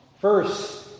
First